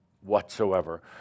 whatsoever